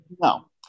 No